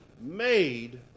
made